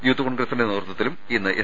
youth കോണ്ഗ്രസിന്റെ നേതൃത്വത്തിലും ഇന്ന് എസ്